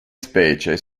specie